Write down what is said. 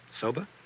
Soba